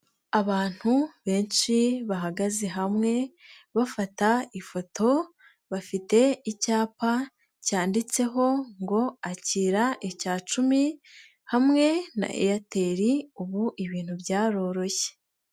Abantu benshi bahagaze hamwe bafata ifoto, bafite icyapa cyanditseho ngo akira icya cumi hamwe na Airtel ubu ibintu byaroroshye.